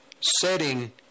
setting